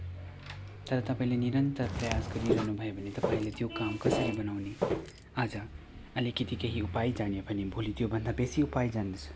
तर तपाईँले निरन्तर प्रयास गरिरहनुभयो भने तपाईँले त्यो काम कसरी बनाउने आज अलिकति केही उपाय जान्यो भने भोलि त्योभन्दा बेसी उपाय जान्दछ